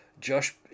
Josh